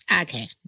Okay